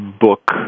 book